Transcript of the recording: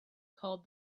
called